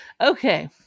Okay